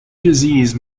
disease